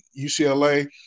UCLA